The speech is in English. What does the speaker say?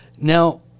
Now